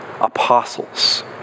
Apostles